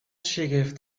شگفت